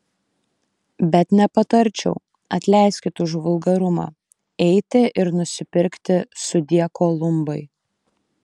bet nepatarčiau atleiskit už vulgarumą eiti ir nusipirkti sudie kolumbai